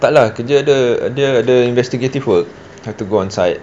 tak lah kerja ada ada ada investigative work have to go on site